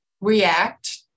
react